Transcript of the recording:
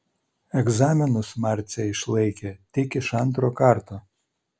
egzaminus marcė išlaikė tik iš antro karto